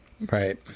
Right